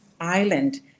island